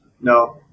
no